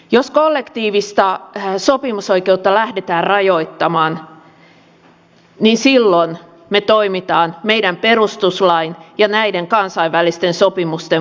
jos kollektiivista sopimusoikeutta lähdetään rajoittamaan niin silloin me toimimme meidän perustuslakimme ja näiden kansainvälisten sopimusten vastaisesti